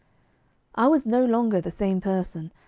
i was no longer the same person,